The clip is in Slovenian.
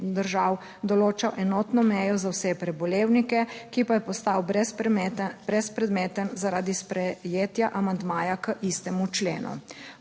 držav določal enotno mejo za vse prebolevnike, ki pa je postal brez brezpredmeten zaradi sprejetja amandmaja k istemu členu.